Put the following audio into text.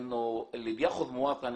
האדם כאן הוא תושב קבע,